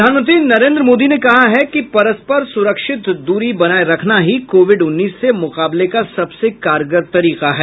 प्रधानमंत्री नरेन्द्र मोदी ने कहा कि परस्पर सुरक्षित दूरी बनाये रखना ही कोविड उन्नीस से मुकाबले का सबसे कारगर तरीका है